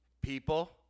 people